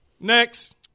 Next